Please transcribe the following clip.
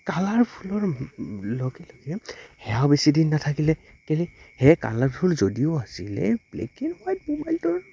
কালাৰফুলৰ লগে লগে সেয়াও বেছি দিন নাথাকিলে কেলে সেই কালাৰফুল যদিও আছিলে ব্লেক এণ্ড হোৱাইট মোবাইলটোৰ